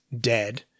dead